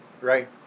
right